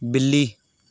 ਬਿੱਲੀ